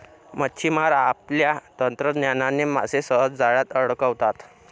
मच्छिमार आपल्या तंत्रज्ञानाने मासे सहज जाळ्यात अडकवतात